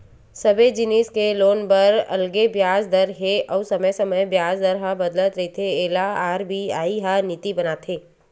सबे जिनिस के लोन बर अलगे बियाज दर हे अउ समे समे बियाज दर ह बदलत रहिथे एला आर.बी.आई ह नीति बनाथे